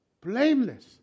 blameless